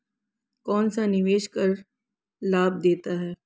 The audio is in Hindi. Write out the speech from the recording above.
कौनसा निवेश कर लाभ देता है?